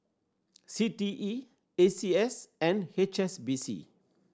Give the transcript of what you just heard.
C T E A C S and H S B C